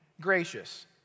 gracious